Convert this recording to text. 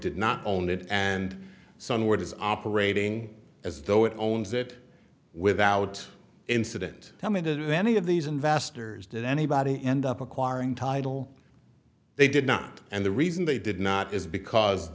did not own it and so on which is operating as though it owns it without incident tell me that any of these investors did anybody end up acquiring title they did not and the reason they did not is because